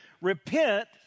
Repent